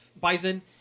Bison